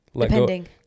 depending